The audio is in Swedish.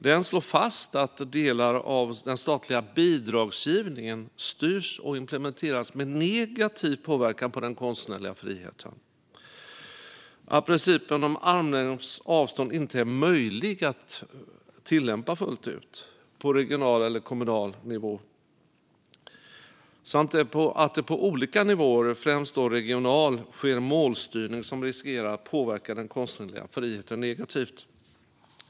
Den slår fast att delar av den statliga bidragsgivningen styrs och implementeras med negativ påverkan på den konstnärliga friheten och att principen om armlängds avstånd inte är möjlig att tillämpa fullt ut på regional eller kommunal nivå. På olika nivåer, främst regional, sker det målstyrning som riskerar att påverka den konstnärliga friheten negativt.